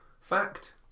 Fact